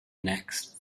next